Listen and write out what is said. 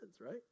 Right